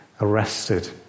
arrested